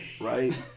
Right